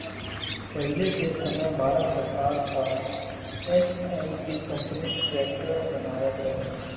पहिले के समय भारत सरकार कअ एच.एम.टी कंपनी ट्रैक्टर बनावत रहे